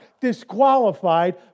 disqualified